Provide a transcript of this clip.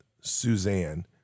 Suzanne